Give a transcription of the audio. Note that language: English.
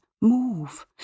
move